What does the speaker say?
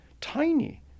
tiny